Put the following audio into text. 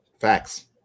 Facts